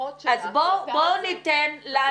שהשלכות של השבתה הזאת --- אז בואו ניתן לאנשים,